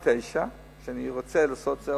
ל-2009 אני רוצה לעשות את זה,